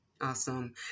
Awesome